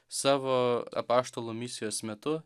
savo apaštalų misijos metu